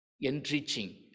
enriching